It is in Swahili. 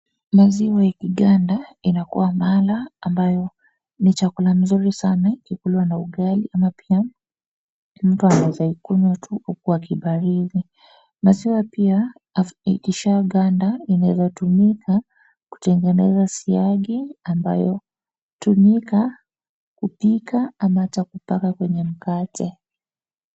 Maziwa ikiganda inakuwa mala ambayo ni chakula mzuri sana ikikulwa na ugali ama pia mtu anaweza ikunywa tu huku akibarizi. Maziwa pia ikishaganda inaweza tumika kutengeneza siagi ambayo hutumika kupika ama hata kupakwa kwenye mkate.